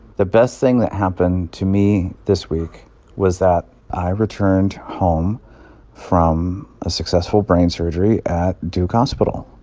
the best thing that happened to me this week was that i returned home from a successful brain surgery at duke hospital.